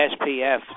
SPF